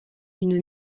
une